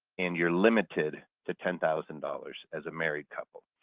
and you're limited to ten thousand dollars as a married couple.